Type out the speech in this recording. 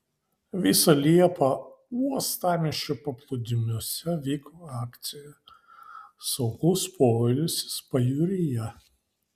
visą liepą uostamiesčio paplūdimiuose vyko akcija saugus poilsis pajūryje